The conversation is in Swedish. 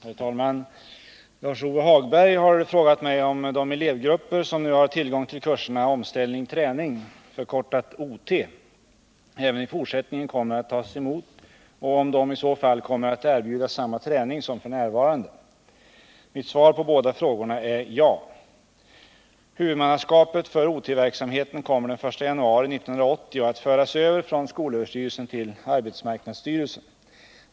Herr talman! Lars-Ove Hagberg har frågat mig om de elevgrupper som nu har tillgång till kurserna Omställning-Träning, förkortat OT, även i fortsättningen kommer att tas emot och om de i så fall kommer att erbjudas samma träning som f. n. Mitt svar på båda frågorna är ja. Huvudmannaskapet för OT-verksamheten kommer den 1 januari 1980 att föras över från skolöverstyrelsen till arbetsmarknadsstyrelsen.